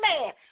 man